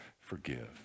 forgive